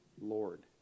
Lord